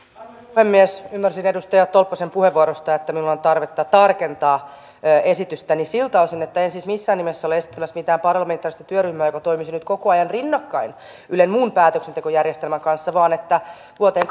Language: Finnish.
puhemies ymmärsin edustaja tolppasen puheenvuorosta että minulla on tarvetta tarkentaa esitystäni siltä osin että en siis missään nimessä ole esittämässä mitään parlamentaarista työryhmää joka toimisi koko ajan rinnakkain ylen muun päätöksentekojärjestelmän kanssa vaan että vuoteen